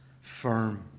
firm